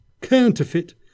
counterfeit